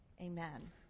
Amen